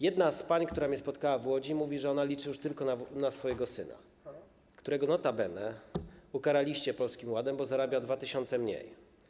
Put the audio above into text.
Jedna z pań, która mnie spotkała w Łodzi, mówi, że ona liczy już tylko na swojego syna, którego notabene ukaraliście Polskim Ładem, bo zarabia 2 tys. mniej.